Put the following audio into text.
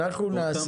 ברשותך.